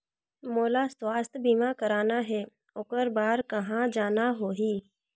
मोला स्वास्थ बीमा कराना हे ओकर बार कहा जाना होही?